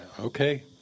Okay